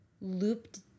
looped